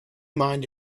mind